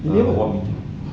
apa